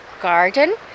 garden